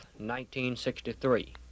1963